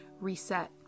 reset